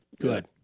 good